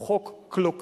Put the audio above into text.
הוא חוק קלוקל.